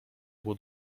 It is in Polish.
było